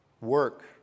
work